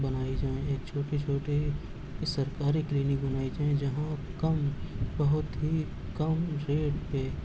بنائی جائیں ایک چھوٹے چھوٹے سرکاری کلینک بنائی جائیں جہاں کم بہت ہی کم ریٹ پے